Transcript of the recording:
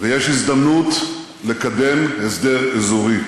ויש הזדמנות לקדם הסדר אזורי.